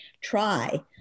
try